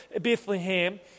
Bethlehem